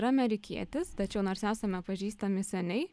yra amerikietis tačiau nors esame pažįstami seniai